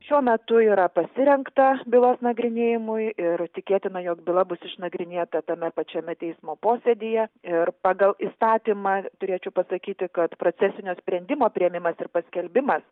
šiuo metu yra pasirengta bylos nagrinėjimui ir tikėtina jog byla bus išnagrinėta tame pačiame teismo posėdyje ir pagal įstatymą turėčiau pasakyti kad procesinio sprendimo priėmimas ir paskelbimas